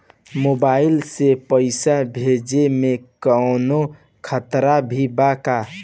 Mobile से पैसा भेजे मे कौनों खतरा भी बा का?